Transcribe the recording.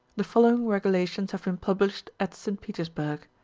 the following regidatums have been published at st petersburg,